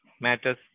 matters